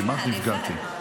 כמעט נפגעתי.